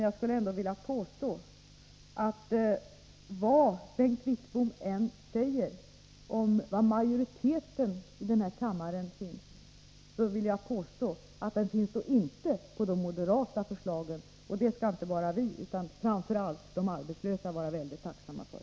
Jag skulle ändå vilja påstå att vad Bengt Wittbom än säger om majoriteten i denna kammare, så finns det inte majoritet för de moderata förslagen. Det skall inte bara vi utan framför allt de arbetslösa vara väldigt tacksamma för.